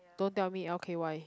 don't tell me l_k_y